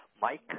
Mike